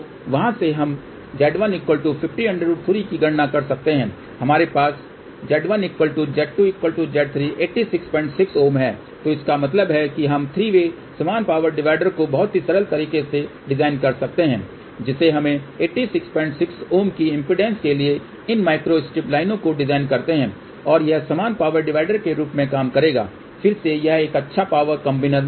तो वहाँ से हम Z150√3 की गणना कर सकते हैं और हमारे पास Z1 Z2 Z3 866 Ω है तो इसका मतलब है कि हम थ्री वे समान पावर डिवाइडर को बहुत ही सरल तरीके से डिजाइन कर सकते हैं जिसे हम 866 Ω की इम्पीडेन्स के लिए इन माइक्रोस्ट्रिप लाइनों को डिजाइन करते हैं और यह समान पावर डिवाइडर के रूप में काम करेगा फिर से यह एक अच्छा पावर कम्बाइन नहीं है